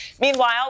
meanwhile